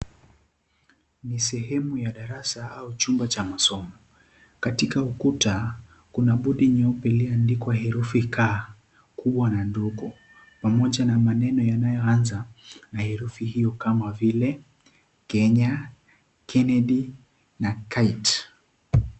Ni sehemu ya darasa au chumba cha masomo, katika ukuta kuna bodi nyeupe iliyoandikwa herufi K kubwa na ndogo pamoja na maneno yanayoanza na herufi hiyo kama vile Kenya, Kennedy na kite .